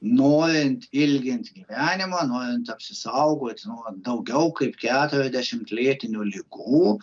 norint ilgint gyvenimą norint apsisaugoti nuo daugiau kaip keturiasdešimt lėtinių ligų